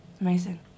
Amazing